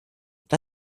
das